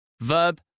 Verb